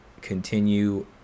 continue